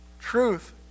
Truth